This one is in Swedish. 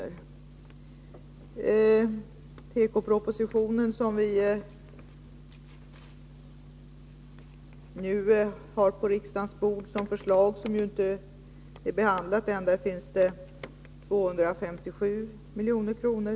I tekopropositionen, som nu ligger på riksdagens bord som förslag och ännu inte är behandlad, finns det 257 milj.kr.